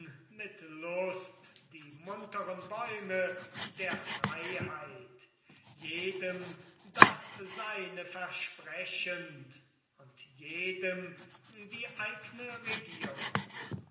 lust die munteren bäume der freiheit jedem das seine versprechend und jedem die eigne regierung